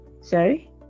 Sorry